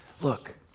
Look